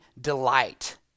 delight